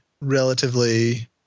relatively